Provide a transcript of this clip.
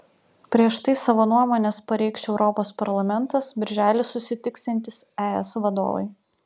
prieš tai savo nuomones pareikš europos parlamentas birželį susitiksiantys es vadovai